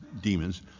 demons